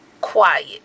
quiet